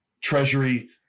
Treasury